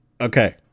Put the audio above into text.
Okay